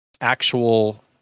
actual